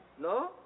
No